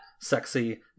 sexy